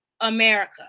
America